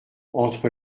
entre